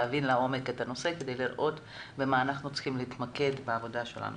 להבין לעומק את הנושא כדי לראות במה אנחנו צריכים להתמקד בעבודה שלנו.